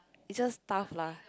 it's just tough lah